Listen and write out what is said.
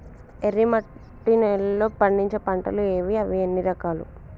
ఎర్రమట్టి నేలలో పండించే పంటలు ఏవి? అవి ఎన్ని రకాలు?